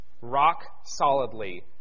rock-solidly